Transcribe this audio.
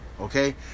Okay